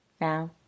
Now